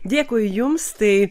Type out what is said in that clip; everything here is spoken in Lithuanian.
dėkui jums tai